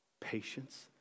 patience